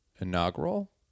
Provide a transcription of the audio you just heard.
inaugural